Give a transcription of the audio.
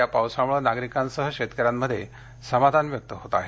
या पावसामुळं नागरिकांसह शेतकऱ्यांमध्ये समाधान व्यक्त होत आहे